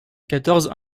quatorze